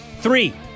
Three